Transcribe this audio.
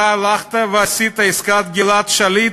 אתה הלכת ועשית את עסקת גלעד שליט,